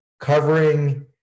covering